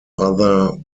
other